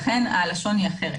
לכן הלשון היא אחרת.